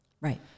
Right